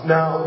Now